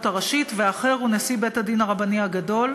הראשית והאחר הוא נשיא בית-הדין הרבני הגדול.